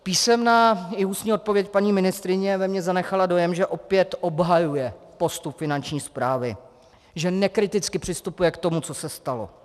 Písemná i ústní odpověď paní ministryně ve mně zanechala dojem, že opět obhajuje postup Finanční správy, že nekriticky přistupuje k tomu, co se stalo.